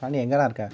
கரண்னு எங்கடா இருக்க